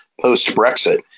post-Brexit